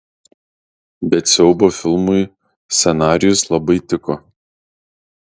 bet siaubo filmui scenarijus labai tiko